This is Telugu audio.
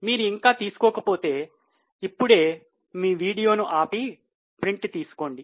మీరు ఇంకా తీసుకోకపోతే ఇప్పుడే మీ వీడియోను ఆపి ప్రింట్ తీసుకోండి